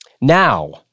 Now